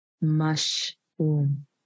Mushroom